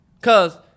Cause